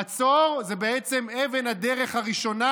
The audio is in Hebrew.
המצור הוא בעצם אבן הדרך הראשונה,